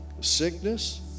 Sickness